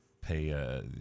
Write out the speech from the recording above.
pay